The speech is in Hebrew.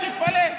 תתפלא.